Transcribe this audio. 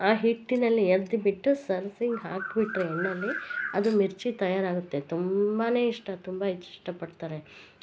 ಆ ಹಿಟ್ಟಿನಲ್ಲಿ ಎರ್ದುಬಿಟ್ಟು ಹಾಕ್ಬಿಟ್ಟರೆ ಎಣ್ಣೇಲಿ ಅದು ಮಿರ್ಚಿ ತಯಾರಾಗುತ್ತೆ ತುಂಬನೇ ಇಷ್ಟ ತುಂಬ ಇಷ್ಟ ಪಡ್ತಾರೆ